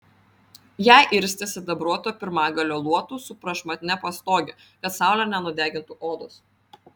ją irstė sidabruoto pirmagalio luotu su prašmatnia pastoge kad saulė nenudegintų odos